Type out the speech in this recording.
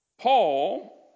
Paul